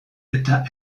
eta